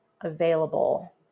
available